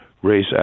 race